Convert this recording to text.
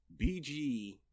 BG